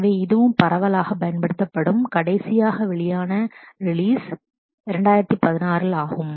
எனவே இதுவும் பரவலாகப் பயன்படுத்தப்படும் கடைசியாக வெளியான ரிலீஸ் 2016 ஆகும்